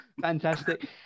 Fantastic